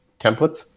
templates